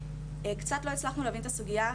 קצת לא הצלחנו להבין את הסוגייה,